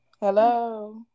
Hello